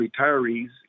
retirees